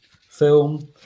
film